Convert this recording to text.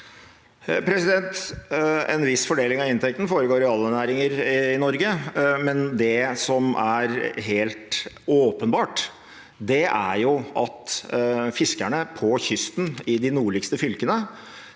En viss forde- ling av inntektene foregår i alle næringer i Norge, men det som er helt åpenbart, er at fiskerne på kysten i de nordligste fylkene